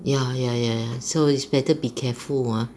ya ya ya ya so is better be careful !wah!